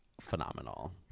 phenomenal